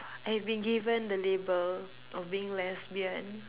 I've been given the label of being lesbian